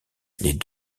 les